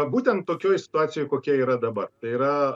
būtent tokioj situacijoj kokia yra dabar tai yra